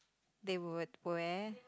they would wear